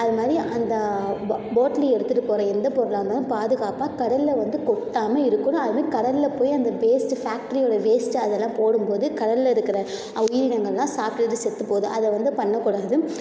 அதை மாதிரி அந்த போ போட்லேயும் எடுத்துட்டுப் போகிற எந்த பொருளாக இருந்தாலும் பாதுகாப்பாக கடல்ல வந்து கொட்டாமல் இருக்கணும் அது மாரி கடல்லப் போய் அந்த வேஸ்ட்டு ஃபேக்ட்ரியோட வேஸ்ட்டு அதெல்லாம் போடும்போது கடல்ல இருக்கிற உயிரினங்கள்லாம் சாப்பிட்டுட்டு செத்துப் போகுது அதை வந்து பண்ணக்கூடாது